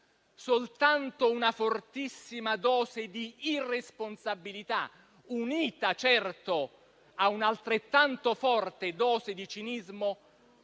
soltanto una fortissima dose di irresponsabilità, unita certo a un'altrettanta forte dose di cinismo,